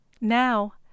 Now